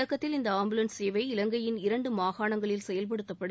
தொடக்கத்தில் இந்த ஆம்புலன்ஸ் சேவை இலங்கையின் இரண்டு மாகாணங்களில் செயல்படுத்தப்படும்